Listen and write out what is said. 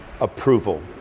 approval